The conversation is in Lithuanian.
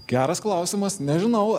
geras klausimas nežinau